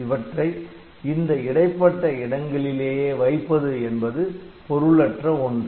அவற்றை இந்த இடைப்பட்ட இடங்களிலேயே வைப்பது என்பது பொருளற்ற ஒன்று